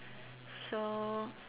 so